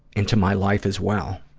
into my life as well.